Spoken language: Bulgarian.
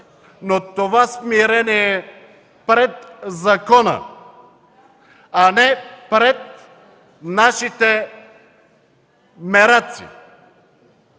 да е смирение пред закона, а не пред нашите мераци